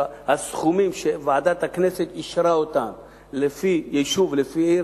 הסכומים שוועדת הכנסת אישרה לפי יישוב ולפי עיר,